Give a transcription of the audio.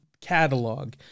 catalog